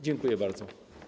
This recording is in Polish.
Dziękuję bardzo.